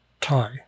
Thai